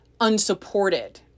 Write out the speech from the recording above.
unsupported